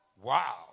Wow